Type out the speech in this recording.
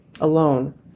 alone